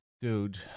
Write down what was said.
Dude